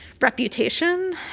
reputation